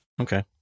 okay